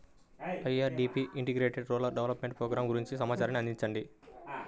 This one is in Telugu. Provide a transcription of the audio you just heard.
IRDP integrated rural development programme గురించి సమాచారాన్ని అందించండి?